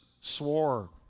swore